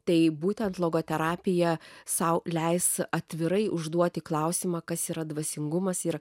tai būtent logoterapija sau leist atvirai užduoti klausimą kas yra dvasingumas ir